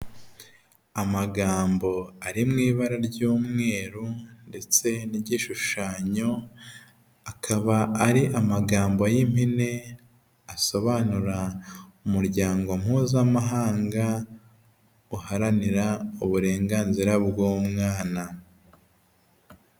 Amagambo ari mu ibara ry'umweru ndetse n'igishushanyo, akaba ari amagambo y'impine asobanura umuryango mpuzamahanga uharanira uburenganzira bw'umwana.